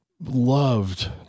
loved